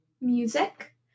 music